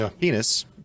penis